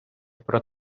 про